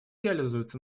реализуется